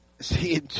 see